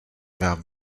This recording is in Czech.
vám